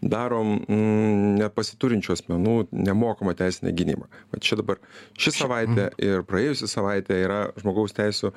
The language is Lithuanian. darom m nepasiturinčių asmenų nemokamą teisinę gynybą va čia dabar ši savaitė ir praėjusį savaitę yra žmogaus teisių